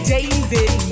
David